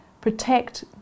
protect